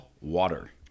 water